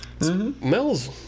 Smells